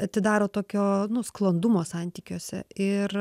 atidaro tokio sklandumo santykiuose ir